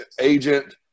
agent